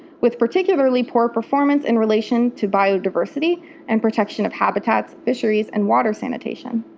with particularly poor performance in relation to biodiversity and protection of habitats, fisheries and water sanitation.